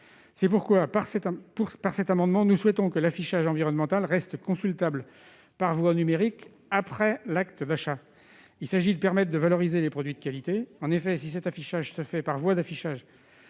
au travers de cet amendement, que l'affichage environnemental reste consultable par voie numérique après l'acte d'achat. Il s'agit de permettre la valorisation des produits de qualité. En effet, si cet affichage se fait par voie d'étiquetage